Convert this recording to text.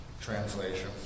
translation